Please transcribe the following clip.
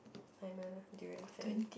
never mind lah durian fan